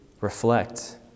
reflect